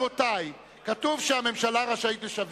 הוא אומר: רבותי, כתוב שהממשלה רשאית לשווק.